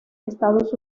estados